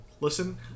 Listen